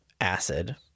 acid